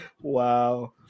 Wow